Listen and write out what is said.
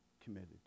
committed